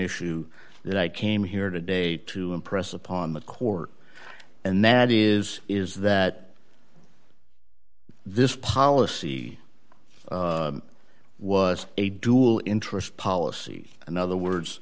issue that i came here today to impress upon the court and that is is that this policy was a dual interest policy in other words